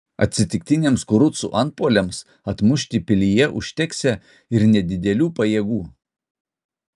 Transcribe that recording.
atsitiktiniams kurucų antpuoliams atmušti pilyje užteksią ir nedidelių pajėgų